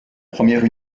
première